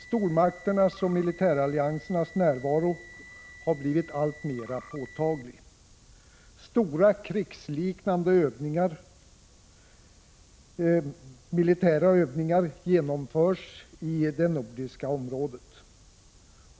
Stormakternas och militäralliansernas närvaro har blivit alltmer påtaglig. Stora krigsliknande militära övningar genomförs i det nordiska området.